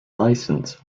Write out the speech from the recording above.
license